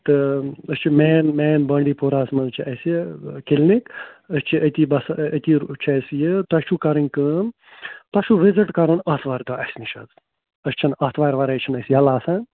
تہٕ أسۍ چھِ مین مین بانٛڈی پورہَس منٛز چھِ اَسہِ کِلنِک أسۍ چھِ أتی بَسا أتی چھِ اَسہِ یہِ تۄہہِ چھُو کَرٕنۍ کٲم تۄہہِ چھُو وِزِٹ کَرُن آتھوارِ دۄہ اَسہِ نِش حظ أسۍ چھِنہٕ آتھوارِ وَرٲے چھِنہٕ أسۍ یَلہٕ آسان